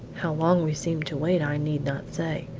how long we seemed to wait i need not say.